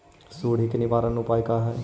सुंडी के निवारक उपाय का हई?